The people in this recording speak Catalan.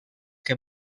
que